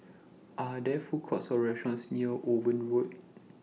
Are There Food Courts Or restaurants near Owen Road